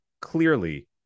clearly